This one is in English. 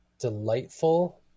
delightful